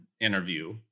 interview